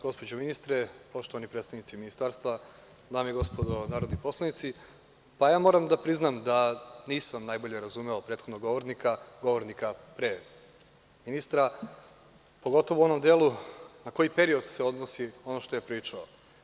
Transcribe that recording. Gospođo ministre, poštovani predstavnici Ministarstva, dame i gospodo narodni poslanici, moram da priznam da nisam najbolje razumeo govornika pre ministra, pogotovo u onom delu na koji period se odnosi ono što je pričao.